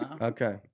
Okay